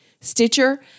Stitcher